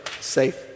safe